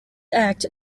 act